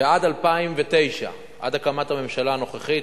ועד 2009, עד הקמת הממשלה הנוכחית,